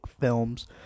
films